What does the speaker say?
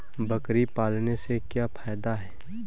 बकरी पालने से क्या फायदा है?